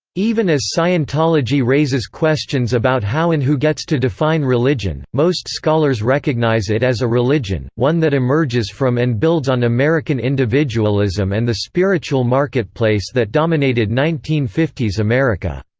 even as scientology raises questions about how and who gets to define religion, most scholars recognize it as a religion, one that emerges from and builds on american individualism and the spiritual marketplace that dominated nineteen fifty s america.